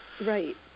Right